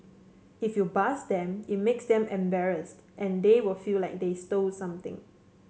if you buzz them it makes them embarrassed and they will feel like they stole something